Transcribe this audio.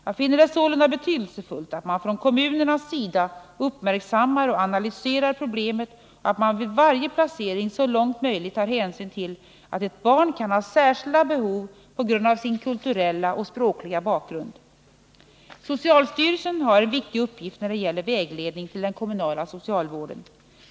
Jag finner det sålunda betydelsefullt att man från kommunernas sida uppmärksammar och analyserar problemet och att man vid varje placering så långt möjligt tar hänsyn till att ett barn kan ha särskilda behov på grund av sin kulturella och språkliga bakgrund. Socialstyrelsen har en viktig uppgift att fylla när det gäller vägledning till den kommunala socialvården.